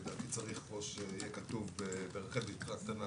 לדעתי צריך פה שיהיה כתוב ברחל בתך הקטנה